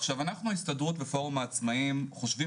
עכשיו אנחנו ההסתדרות ופורום העצמאים חושבים